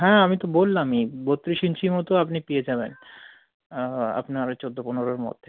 হ্যাঁ আমি তো বললামই বত্রিশ ইঞ্চি মতো আপনি পেয়ে যাবেন আপনার ও চৌদ্দ পনেরোর মধ্যে